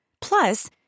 Plus